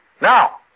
Now